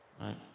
Right